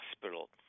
hospital